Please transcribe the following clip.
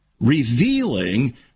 Revealing